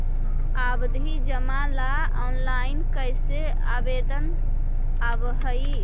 आवधि जमा ला ऑनलाइन कैसे आवेदन हावअ हई